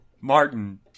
Martin